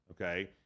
okay